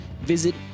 Visit